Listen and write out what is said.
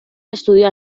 estudió